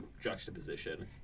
juxtaposition